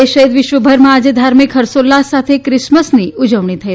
દેશ સહિત વિશ્વભરમાં આજે ધાર્મિક ફર્ષોલ્લાસ સાથે ક્રિસમસની ઉજવણી થઇ